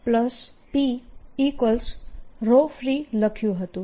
0EP free લખ્યું હતું